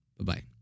Bye-bye